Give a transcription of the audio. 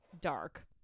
dark